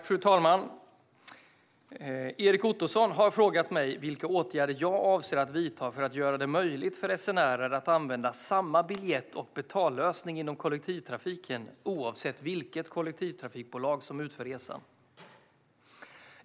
Fru talman! Erik Ottoson har frågat mig vilka åtgärder jag avser att vidta för att göra det möjligt för resenärer att använda samma biljett och betallösning inom kollektivtrafiken oavsett vilket kollektivtrafikbolag som utför resan.